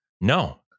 No